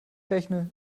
rechne